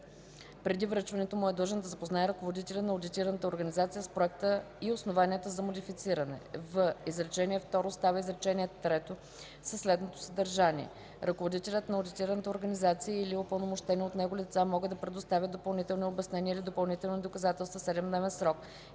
преди връчването му е длъжен да запознае ръководителя на одитираната организация с проекта и основанията за модифициране.”; в) изречение второ става изречение трето със следното съдържание: „Ръководителят на одитираната организация и/или упълномощени от него лица могат да предоставят допълнителни обяснения или допълнителни доказателства в 7-дневен срок.”.